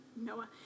Noah